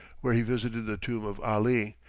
where he visited the tomb of ali,